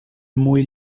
muy